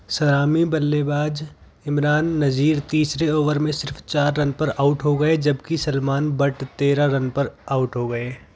सलामी बल्लेबाज इमरान नज़ीर तीसरे ओवर में सिर्फ चार रन पर आउट हो गए जबकि सलमान बट तेरह रन पर आउट हो गए